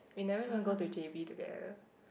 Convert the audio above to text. we never even go to j_b together